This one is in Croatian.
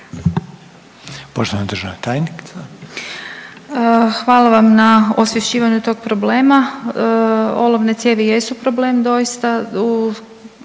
**Bubaš, Marija** Hvala vam na osvješćivanju tog problema. Olovne cijevi jesu problem doista.